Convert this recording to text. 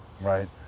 right